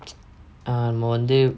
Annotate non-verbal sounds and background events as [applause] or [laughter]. [noise] ah நம்ம வந்து:namma vanthu